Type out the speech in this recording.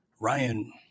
Ryan